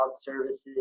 services